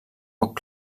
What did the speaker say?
poc